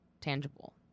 tangible